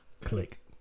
Click